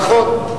נכון.